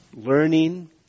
Learning